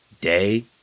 day